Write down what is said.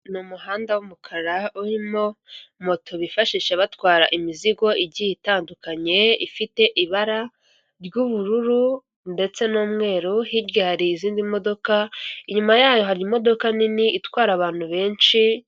Ni umuhanda w'umukara urimo moto bifashisha batwara imizigo igiye itandukanye ifite ibara ry'ubururu ndetse n'umweru, hirya hari izindi modoka inyuma yayo hari imodoka nini itwara abantu benshi.